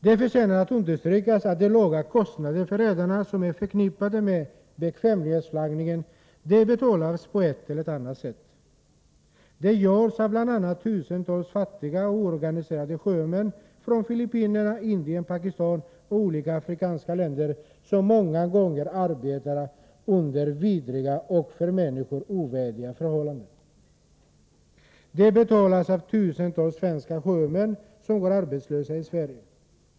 Det förtjänar också att understrykas att de låga kostnader för redarna som är förknippade med bekvämlighetsutflaggningen måste betalas på ett eller annat sätt. Kostnaderna betalas av bl.a. tusentals fackliga och oorganiserade sjömän från Filippinerna, Indien, Pakistan och olika afrikanska länder, som ofta arbetar under vidriga och för människor ovärdiga förhållanden. De betalas också av tusentals svenska sjömän som är arbetslösa i Sverige.